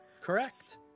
Correct